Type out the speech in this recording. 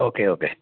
okay okay